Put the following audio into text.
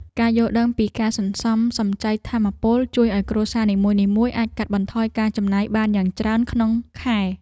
ការយល់ដឹងពីការសន្សំសំចៃថាមពល ជួយឱ្យគ្រួសារនីមួយៗអាចកាត់បន្ថយការចំណាយបានយ៉ាងច្រើនក្នុងខែ។